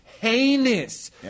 heinous